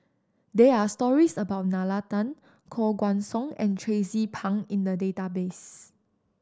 there are stories about Nalla Tan Koh Guan Song and Tracie Pang in the database